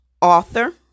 author